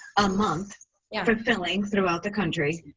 a month yeah for filling throughout the country.